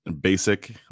basic